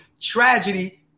tragedy